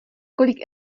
kolik